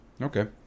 Okay